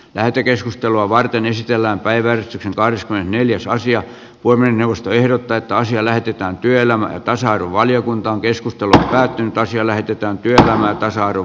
lähetekeskustelua varten esitellään päivän paras oli neljäs asia voi mennä ostoehdot täyttä asiaa lähestytään työelämän tasa arvovaliokunta on keskustellut päätynyt asia lähetetään kesällä mäntän seudun